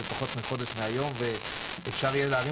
זה פחות מחודש מהיום ואפשר יהיה להרים